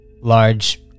large